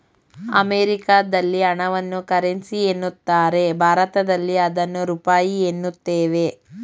ಅಮೆರಿಕದಲ್ಲಿ ಹಣವನ್ನು ಕರೆನ್ಸಿ ಎನ್ನುತ್ತಾರೆ ಭಾರತದಲ್ಲಿ ಅದನ್ನು ರೂಪಾಯಿ ಎನ್ನುತ್ತೇವೆ